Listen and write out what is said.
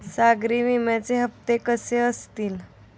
सागरी विम्याचे हप्ते कसे असतील?